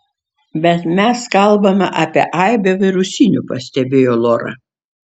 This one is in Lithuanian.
bet mes kalbame apie aibę virusinių pastebėjo lora